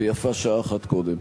ויפה שעה אחת קודם.